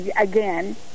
again